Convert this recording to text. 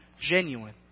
genuine